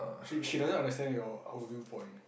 she she doesn't understand your our viewpoint